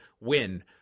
win